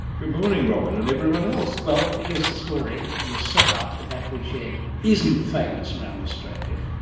good morning robyn, and everyone else. well, here's the story, your set-up, the battery shed, isn't famous around australia.